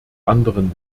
anderen